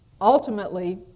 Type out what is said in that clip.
ultimately